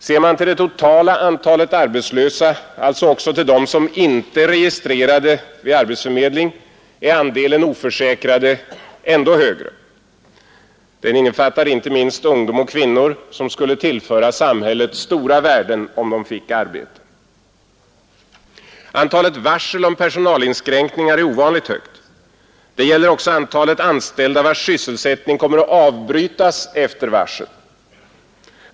Ser man till det totala antalet arbetslösa, alltså också till dem som inte är registrerade vid arbetsförmedling, är andelen oförsäkrade ändå högre. Den innefattar inte minst ungdom och kvinnor, som skulle tillföra samhället stora värden om de fick arbete. Antalet varsel om personalinskränkningar är ovanligt högt. Det gäller också antalet anställda vilkas sysselsättning kommer att avbrytas efter varsel.